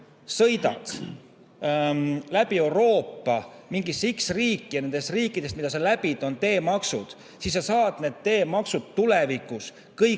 sõidad läbi Euroopa mingisse x riiki ja nendes riikides, mida sa läbid, on teemaksud, siis sa saad need teemaksud tulevikus kõik